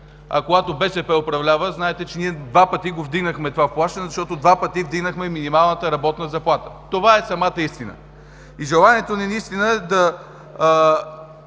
а когато БСП управлява – знаете, че ние два пъти вдигнахме плащането, защото два пъти вдигнахме минималната работна заплата. Това е самата истина! Желанието ни е да